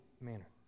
manner